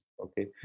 Okay